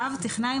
(ו) טכנאי,